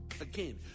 Again